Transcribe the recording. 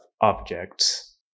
objects